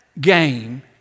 game